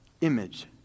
image